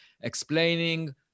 explaining